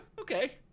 okay